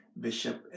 bishop